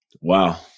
Wow